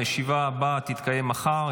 הישיבה הבאה תתקיים מחר,